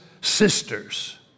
sisters